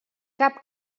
cap